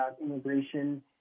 immigration